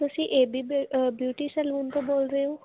ਤੁਸੀਂ A B beauty salon ਤੋਂ ਬੋਲ ਰਹੇ ਹੋ